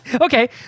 Okay